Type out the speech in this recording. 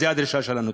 זו הדרישה שלנו.